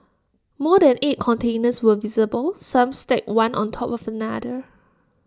more than eight containers were visible some stacked one on top of another